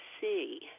see